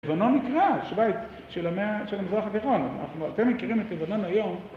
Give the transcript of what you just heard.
לבנון נקרא, שוויץ של עמי המזרח התיכון, אתם מכירים את לבנון היום.